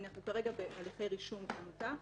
אנחנו כרגע בהליכי רישום עמותה.